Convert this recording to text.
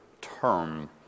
term